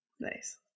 Nice